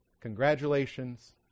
Congratulations